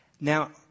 Now